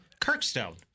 Kirkstone